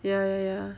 ya ya ya